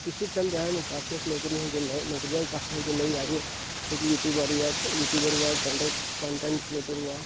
پچھلے چند دہائیوں میں کافی ایسی نوکریاں ہیں جو نئے نوکریاں کافی ہیں جو نئی آئی ہیں جیسے کہ یوٹیوبر یا یوٹیوبر ہُوا کنٹنٹ کریٹر ہُوا